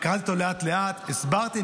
הקראתי אותו לאט-לאט, הסברתי.